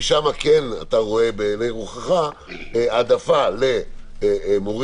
שם אתה רואה בעיני רוחך העדפה למורים-מורות,